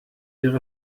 wäre